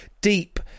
deep